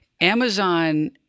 Amazon